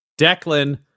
Declan